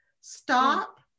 stop